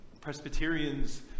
Presbyterians